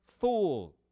Fool